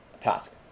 task